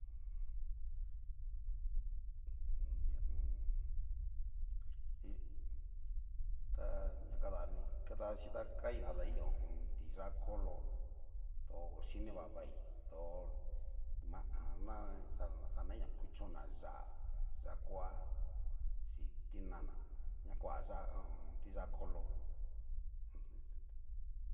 diamo hi ta ña kadanri dabaxichi ta kan kadai ho o on. tiyá kolo, do oxhini vavai dó va hanana xana xanai na kuchon'na yá'a yá'a koa xin ti'nana na koa yá'a ho o on. tiyá kolo uju es.